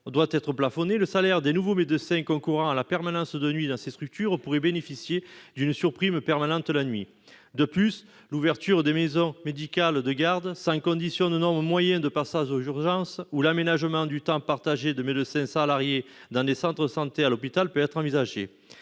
doit être plafonné, le salaire des nouveaux médecins concourant à la permanence des soins dans ces structures pourrait bénéficier d'une surprime permanente en cas de travail de nuit. On peut également envisager l'ouverture de maisons médicales de garde sans condition d'un nombre moyen de passages aux urgences, ou encore l'aménagement du temps partagé de médecins salariés dans des centres de santé à l'hôpital. En outre, on